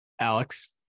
Alex